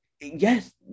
yes